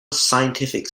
scientific